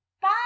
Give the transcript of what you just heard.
Bye